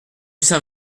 saint